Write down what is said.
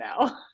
now